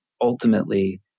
ultimately